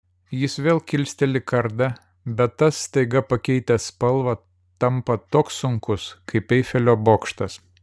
jis vėl kilsteli kardą bet tas staiga pakeitęs spalvą tampa toks sunkus kaip eifelio bokštas